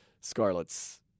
Scarlet's